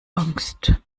angst